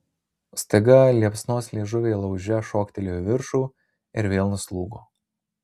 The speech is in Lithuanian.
staiga liepsnos liežuviai lauže šoktelėjo į viršų ir vėl nuslūgo